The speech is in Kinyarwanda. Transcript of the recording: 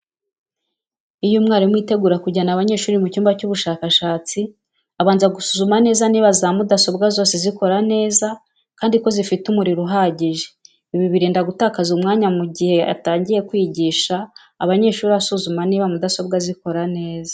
Iyo umwarimu yitegura kujyana abanyeshuri mu cyumba cy'ubushakashatsi abanza gusuzuma neza niba za mudasobwa zose zikora neza kandi ko zifite umuriro uhajyije. Ibi birinda gutakaza umwanya mu jyihe yatanjyiye kwijyisha abanyeshuri asuzuma niba mudasobwa zikora neza.